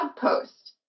post